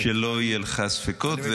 -- שלא יהיו לך ספיקות,